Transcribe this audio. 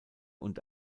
und